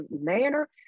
manner